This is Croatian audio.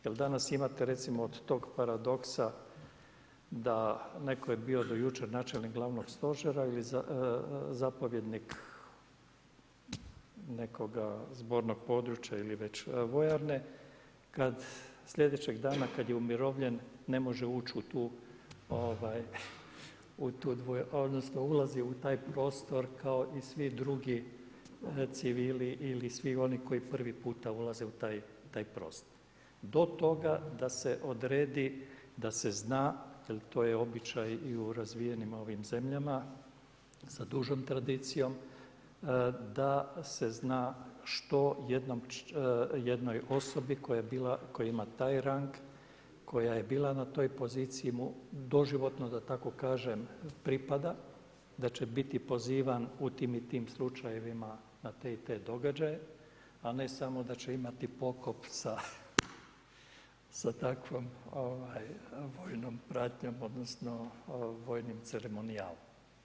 Jer danas imate recimo od tog paradoksa da netko je bio do jučer načelnik Glavnog stožera ili zapovjednik nekoga zbornog područja ili već vojarne sljedećeg dana kada je umirovljen ne može ući u tu odnosno ulazi u taj prostor kao i svi drugi civili ili svi oni koji prvi puta ulaze u taj prostor do toga da se odredi da se zna, jer to je običaj i u razvijenim zemljama sa dužom tradicijom, da se zna što jednoj osobi koja ima taj rang koja je bila na toj poziciji mu doživotno da tako kažem pripada da će biti pozivan u tim i tim slučajevima na te i te događaje, a ne samo da će imati pokop sa takvom vojnom pratnjom odnosno vojnim ceremonijalom.